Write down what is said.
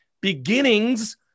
Beginnings